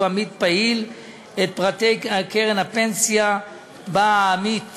עמית פעיל את פרטי קרן הפנסיה שבה העמית